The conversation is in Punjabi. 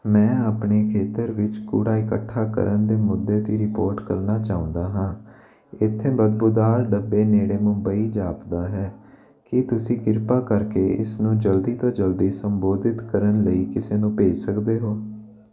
ਮੈਂ ਆਪਣੇ ਖੇਤਰ ਵਿੱਚ ਕੂੜਾ ਇਕੱਠਾ ਕਰਨ ਦੇ ਮੁੱਦੇ ਦੀ ਰਿਪੋਰਟ ਕਰਨਾ ਚਾਹੁੰਦਾ ਹਾਂ ਇੱਥੇ ਬਦਬੂਦਾਰ ਡੱਬੇ ਨੇੜੇ ਮੁੰਬਈ ਜਾਪਦਾ ਹੈ ਕੀ ਤੁਸੀਂ ਕਿਰਪਾ ਕਰਕੇ ਇਸ ਨੂੰ ਜਲਦੀ ਤੋਂ ਜਲਦੀ ਸੰਬੋਧਿਤ ਕਰਨ ਲਈ ਕਿਸੇ ਨੂੰ ਭੇਜ ਸਕਦੇ ਹੋ